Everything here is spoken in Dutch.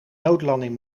noodlanding